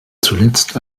zuletzt